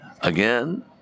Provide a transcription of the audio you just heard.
Again